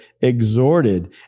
exhorted